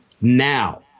Now